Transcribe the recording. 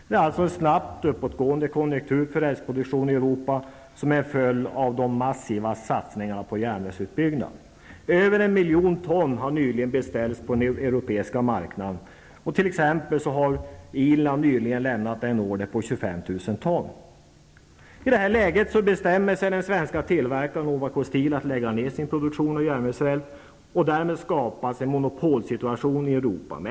Det är alltså en snabbt uppåtgående konjunktur för rälsproduktion i Europa, och detta som en följd av de massiva satsningarna på en järnvägsutbyggnad. Över 1 miljon ton har nyligen beställts på den europeiska marknaden. Irland t.ex. har nyliget lämnat en order på 25 000 ton. I detta läge bestämmer sig således den svenska tillverkaren Ovako Steel för att lägga ner sin produktion av järnvägsräls. Därmed skapas en monopolsituation i Europa.